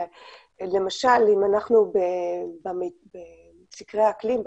למשל אם אנחנו בסקרי אקלים,